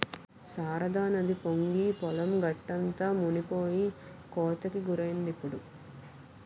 శారదానది పొంగి పొలం గట్టంతా మునిపోయి కోతకి గురైందిప్పుడు